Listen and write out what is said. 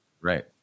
Right